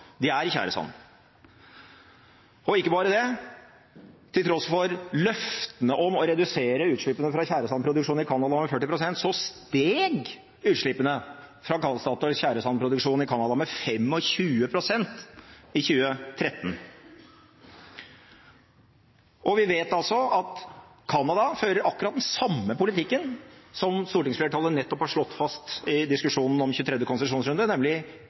De er i tjæresand. Og ikke bare det: Til tross for løftene om å redusere utslippene fra tjæresandproduksjonen i Canada med 40 pst., steg utslippene fra Statoils tjæresandproduksjon i Canada med 25 pst. i 2013. Og vi vet at Canada fører akkurat den samme politikken som stortingsflertallet nettopp har slått fast i diskusjonen om 23. konsesjonsrunde, nemlig